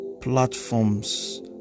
platform's